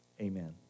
amen